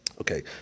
Okay